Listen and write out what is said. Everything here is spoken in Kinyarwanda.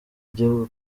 gihugu